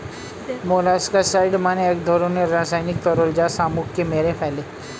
molluscicide মানে এক ধরনের রাসায়নিক তরল যা শামুককে মেরে ফেলে